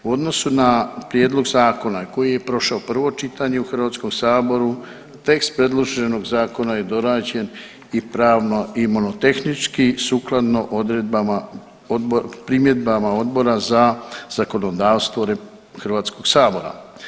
U odnosu na prijedlog zakona koji je prošao prvo čitanje u Hrvatskom Saboru tekst predloženog zakona je dorađen i pravno i nomotehnički sukladno odredbama, primjedbama Odbora za zakonodavstvo Hrvatskog sabora.